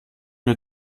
wir